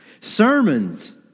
Sermons